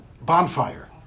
bonfire